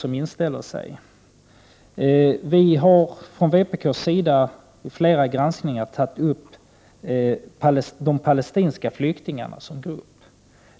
Vpk har vid flera granskningstillfällen tagit upp frågan om de palestinska flyktingarna som grupp.